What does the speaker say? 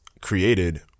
created